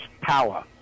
power